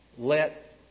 Let